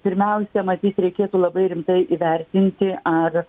pirmiausia matyt reikėtų labai rimtai įvertinti ar